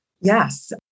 Yes